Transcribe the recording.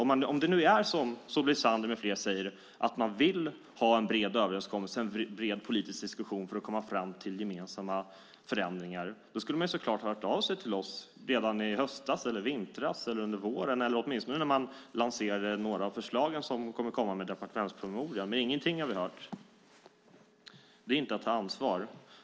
Om det nu är så som Solveig Zander med flera säger - att man vill ha en bred överenskommelse, en bred politisk diskussion för att komma fram till gemensamma förändringar - borde man såklart ha hört av sig till oss redan i höstas eller vintras eller under våren eller åtminstone när man lanserade några av de förslag som kommer att komma med departementspromemorian. Men ingenting har vi hört. Det är inte att ta ansvar.